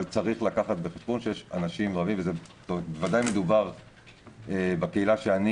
אבל צריך להביא בחשבון שיש אנשים רבים בוודאי בקהילה שאני